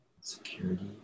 security